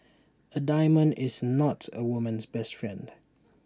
A diamond is not A woman's best friend